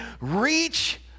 reach